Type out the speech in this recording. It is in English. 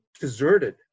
deserted